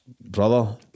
brother